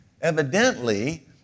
evidently